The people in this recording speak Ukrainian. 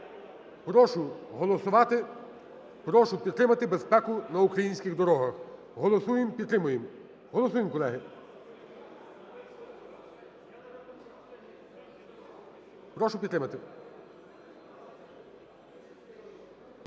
Прошу голосувати. Прошу підтримати безпеку на українських дорогах. Голосуємо. Підтримуємо. Голосуємо, колеги. Прошу підтримати.